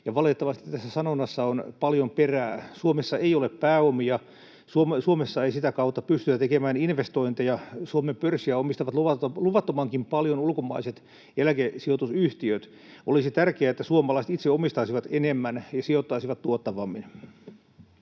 valitettavasti tässä sanonnassa on paljon perää. Suomessa ei ole pääomia, Suomessa ei sitä kautta pystytä tekemään investointeja, Suomen pörssiä omistavat luvattomankin paljon ulkomaiset eläkesijoitusyhtiöt. Olisi tärkeää, että suomalaiset itse omistaisivat enemmän ja sijoittaisivat tuottavammin.